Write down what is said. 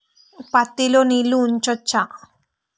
పత్తి లో నీళ్లు ఉంచచ్చా?